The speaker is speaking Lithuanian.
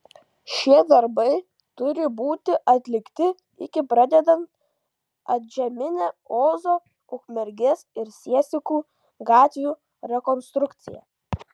šie darbai turi būti atlikti iki pradedant antžeminę ozo ukmergės ir siesikų gatvių rekonstrukciją